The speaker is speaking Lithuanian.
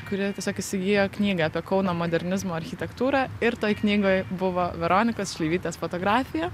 kuri tiesiog įsigijo knygą apie kauno modernizmo architektūrą ir toje knygoje buvo veronikos šleivytės fotografija